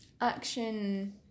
action